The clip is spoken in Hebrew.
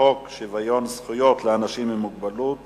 חוק שוויון זכויות לאנשים עם מוגבלות